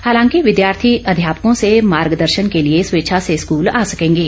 हालांकि विद्यार्थी अध्यापकों से मार्गदर्शन के लिए स्वेच्छा से स्कल आ सकेंगे